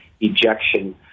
ejection